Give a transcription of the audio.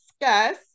discuss